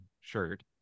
shirt